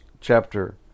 chapter